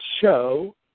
show